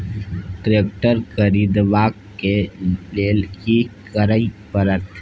Tractor खरीदबाक लेल की करय परत?